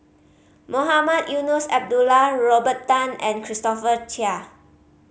Mohamed Eunos Abdullah Robert Tan and Christopher Chia